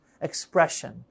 expression